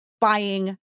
buying